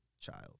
child